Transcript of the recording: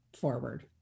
forward